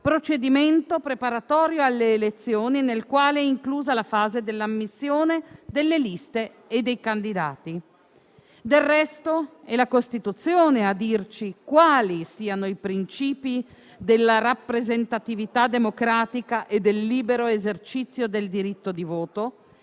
«procedimento preparatorio alle elezioni, nel quale è inclusa la fase dell'ammissione delle liste o di candidati». Del resto, è la Costituzione a dirci quali siano i principi della rappresentatività democratica e del libero esercizio del diritto di voto,